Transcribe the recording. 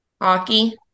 Hockey